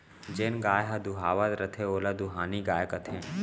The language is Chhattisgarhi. जेन गाय ह दुहावत रथे ओला दुहानी गाय कथें